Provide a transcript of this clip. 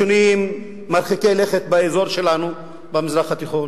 לשינויים מרחיקי לכת באזור שלנו במזרח התיכון,